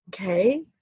okay